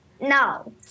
No